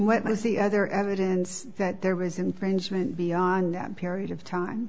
what is the other evidence that there was infringement beyond that period of time